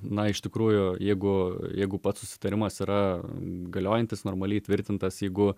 na iš tikrųjų jeigu jeigu pats susitarimas yra galiojantis normaliai įtvirtintas jeigu